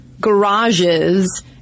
garages